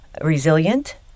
resilient